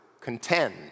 contend